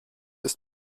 ist